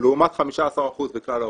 לעומת 15% מכלל האוכלוסייה,